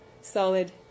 solid